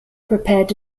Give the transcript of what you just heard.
prepared